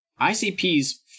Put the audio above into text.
icp's